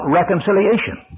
reconciliation